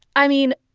i mean,